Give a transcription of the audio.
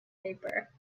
paper